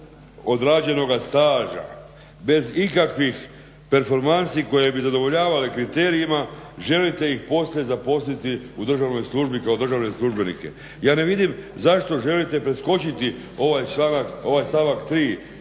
odrađenoga staža, bez ikakvih performansi koje bi zadovoljavale kriterijima želite ih poslije zaposliti u državnoj službi kao državne službenike. Ja ne vidim zašto želite preskočiti ovaj stavak 3.